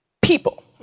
people